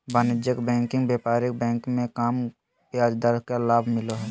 वाणिज्यिक बैंकिंग व्यापारिक बैंक मे कम ब्याज दर के लाभ मिलो हय